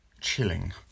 chilling